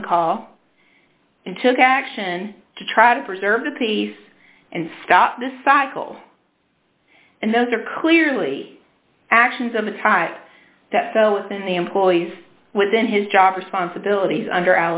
eleven call and took action to try to preserve the peace and stop this cycle and those are clearly actions of a type that fell within the employees within his job responsibilities under